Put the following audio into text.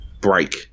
break